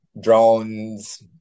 drones